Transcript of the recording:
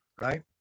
Right